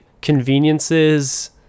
conveniences